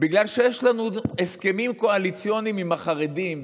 בגלל שיש לנו הסכמים קואליציוניים עם החרדים,